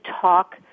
talk